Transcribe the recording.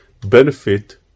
benefit